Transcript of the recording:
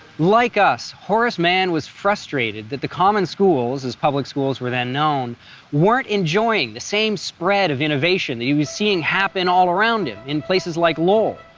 like us, horace mann was frustrated that the common schools as public schools were then known weren't enjoying the same spread of innovation that he was seeing happen all around him, in places like lowell.